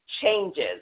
changes